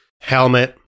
Helmet